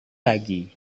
lagi